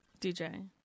DJ